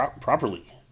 properly